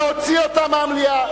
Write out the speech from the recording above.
להוציא אותה מייד מהמליאה.